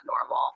normal